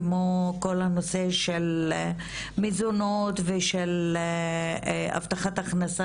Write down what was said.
כמו כל הנושא של מזונות ושל הבטחת הכנסה,